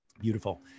beautiful